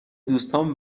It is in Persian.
دوستام